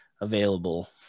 available